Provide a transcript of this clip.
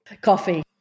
Coffee